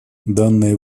данные